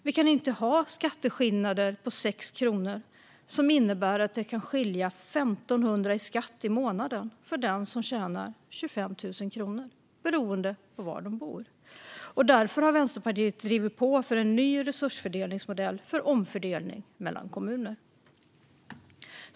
Vi kan inte ha skatteskillnader på 6 kronor, som innebär att det kan skilja l 500 kronor i skatt i månaden för dem som tjänar 25 000 kronor beroende på var de bor. Därför har Vänsterpartiet drivit på för en ny resursfördelningsmodell för omfördelning mellan kommuner.